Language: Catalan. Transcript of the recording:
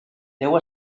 deu